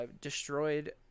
destroyed